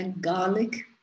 garlic